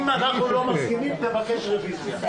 אם אנחנו לא מסכימים, תבקש רוויזיה.